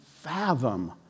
fathom